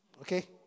Okay